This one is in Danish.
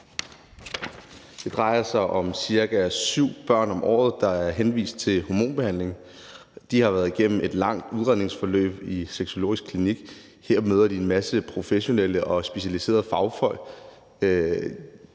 Det drejer sig om ca. syv børn om året, der er henvist til hormonbehandling. De har været igennem et langt udredningsforløb på sexologisk klinik, og her møder de en masse professionelle og specialiserede fagfolk.